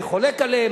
אני חולק עליהם,